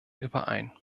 überein